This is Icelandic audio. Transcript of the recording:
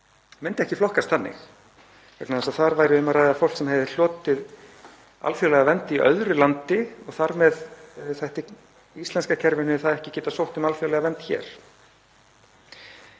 myndi ekki flokkast þannig, vegna þess að þar væri um að ræða fólk sem hefði hlotið alþjóðlega vernd í öðru landi og þar með þætti íslenska kerfinu það ekki geta sótt um alþjóðlega vernd hér.